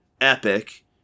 epic